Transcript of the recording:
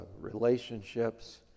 relationships